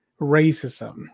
racism